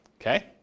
Okay